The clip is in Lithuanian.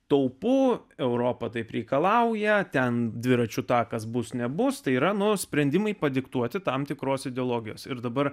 taupu europa taip reikalauja ten dviračių takas bus nebus tai yra nors sprendimai padiktuoti tam tikros ideologijos ir dabar